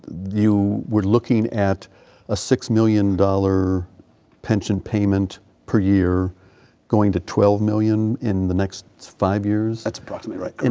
you were looking at a six million dollars pension payment per year going to twelve million in the next five years. that's probably right. and